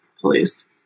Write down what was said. police